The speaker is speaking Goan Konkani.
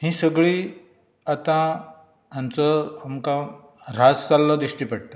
हीं सगळीं आता हांचो आमकां ऱ्हास जाल्लो दिश्टी पडटा